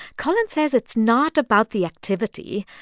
collins says it's not about the activity.